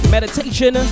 Meditation